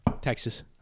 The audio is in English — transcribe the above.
Texas